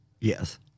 Yes